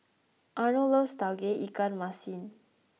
Arnold loves tauge ikan masin